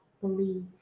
believe